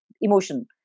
emotion